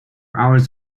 hours